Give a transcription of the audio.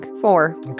four